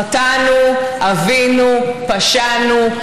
חטאנו, עווינו, פשענו.